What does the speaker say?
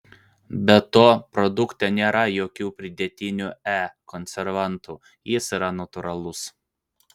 be to produkte nėra jokių pridėtinių e konservantų jis yra natūralus